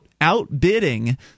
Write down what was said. outbidding